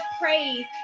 praise